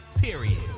period